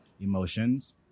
emotions